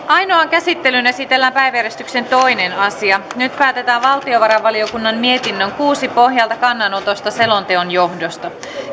ainoaan käsittelyyn esitellään päiväjärjestyksen toinen asia nyt päätetään valtiovarainvaliokunnan mietinnön kuusi pohjalta kannanotosta selonteon johdosta